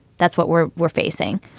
that's what we're we're facing.